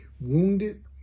Wounded